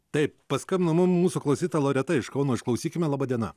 taip paskambino mum mūsų klausytoja loreta iš kauno išklausykime laba diena